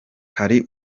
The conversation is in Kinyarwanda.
hari